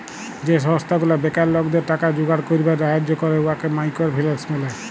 যে সংস্থা গুলা বেকার লকদের টাকা জুগাড় ক্যইরবার ছাহাজ্জ্য ক্যরে উয়াকে মাইকর ফিল্যাল্স ব্যলে